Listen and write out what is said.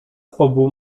obu